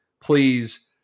Please